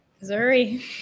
Missouri